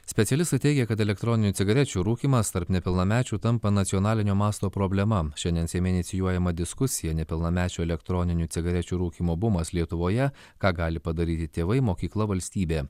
specialistai teigia kad elektroninių cigarečių rūkymas tarp nepilnamečių tampa nacionalinio masto problema šiandien seime inicijuojama diskusija nepilnamečių elektroninių cigarečių rūkymo bumas lietuvoje ką gali padaryti tėvai mokykla valstybė